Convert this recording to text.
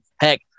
heck